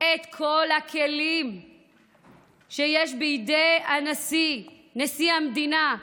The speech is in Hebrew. את כל הכלים שיש בידי הנשיא, נשיא המדינה.